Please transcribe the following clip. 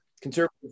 Conservative